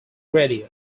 radio